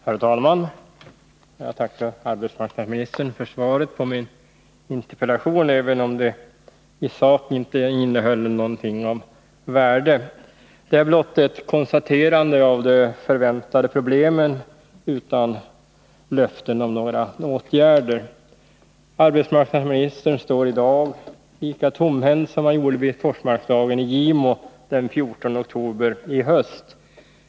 Herr talman! Jag tackar arbetsmarknadsministern för svaret på min interpellation, även om det i sak inte innehöll någonting av värde. Det är blott ett konstaterande av de förväntade problemen, utan löften om några åtgärder. Arbetsmarknadsministern står i dag lika tomhänt som han gjorde vid Forsmarksdagen i Gimo den 14 oktober i höst.